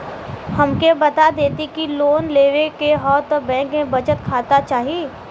हमके बता देती की लोन लेवे के हव त बैंक में बचत खाता चाही?